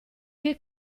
che